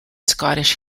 scottish